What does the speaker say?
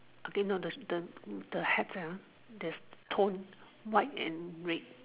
okay no the the the head sia ya the tone white and red